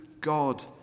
God